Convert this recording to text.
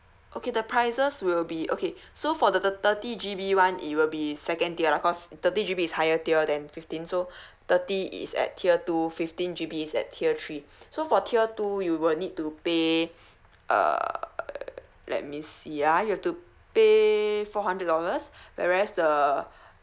okay the prices will be okay so for the thir~ thirty G_B one it will be second tier lah cause thirty G_B is higher tier than fifteen so thirty is at tier two fifteen G_B is at tier three so for tier two you will need to pay err let me see ya you have to pay four hundred dollars whereas the